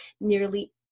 Nearly